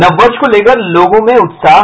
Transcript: नव वर्ष को लेकर लोगों में उत्साह